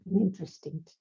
interesting